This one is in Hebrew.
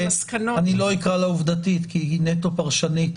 אני לא אקרא לה עובדתית כי היא נטו פרשנית.